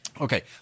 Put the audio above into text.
okay